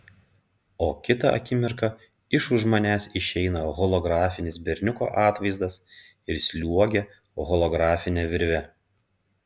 o kitą akimirką iš už manęs išeina holografinis berniuko atvaizdas ir sliuogia holografine virve